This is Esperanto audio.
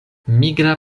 migra